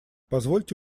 позвольте